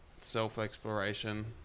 self-exploration